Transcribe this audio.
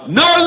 no